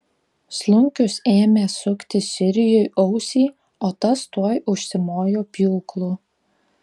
slunkius ėmė sukti sirijui ausį o tas tuoj užsimojo pjūklu